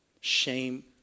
shame